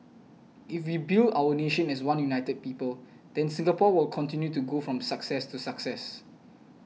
if we build our nation as one united people then Singapore will continue to go from success to success